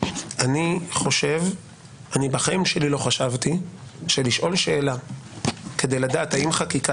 בחיים שלי לא חשבתי שלשאול שאלה כדי לדעת האם חקיקה